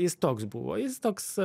jis toks buvo jis toks